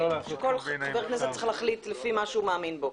כל חבר כנסת צריך להחליט לפי מה שהוא מאמין בו.